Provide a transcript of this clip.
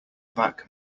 back